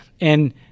And-